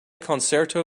concerto